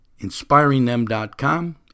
inspiringthem.com